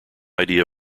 idea